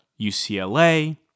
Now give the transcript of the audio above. UCLA